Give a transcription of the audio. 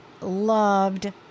loved